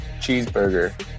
cheeseburger